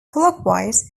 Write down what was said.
clockwise